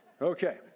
Okay